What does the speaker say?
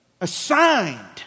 assigned